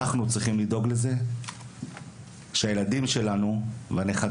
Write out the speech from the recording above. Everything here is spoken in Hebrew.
אנחנו צריכים לדאוג לזה שהילדים שלנו והנכדים